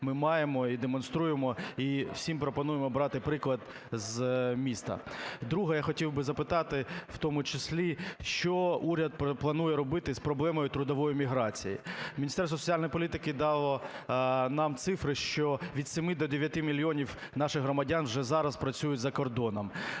ми маємо і демонструємо, і всім пропонуємо брати приклад з міста. Друге. Я хотів би запитати в тому числі, що уряд планує робити з проблемою трудової міграції. Міністерство соціальної політики дало нам цифри, що від 7 до 9 мільйонів наших громадян вже зараз працюють за кордоном.